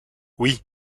oui